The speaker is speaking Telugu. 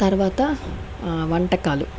తర్వాత వంటకాలు